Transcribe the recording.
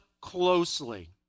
closely